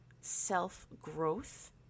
self-growth